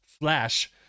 flash